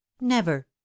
Never